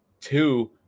two